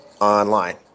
online